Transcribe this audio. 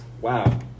wow